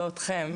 לא אתכם,